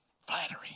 Flattery